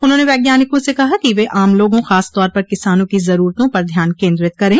उन्होंने वैज्ञानिकों से कहा कि वे आम लोगों खासतौर पर किसानों की जरूरतों पर ध्यान केंद्रित करें